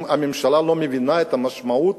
האם הממשלה לא מבינה את המשמעות